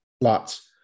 lots